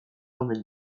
omen